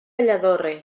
lladorre